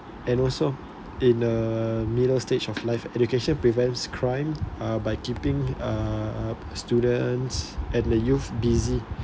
and also in a middle stage of life education prevents crime uh by keeping uh students at the youth busy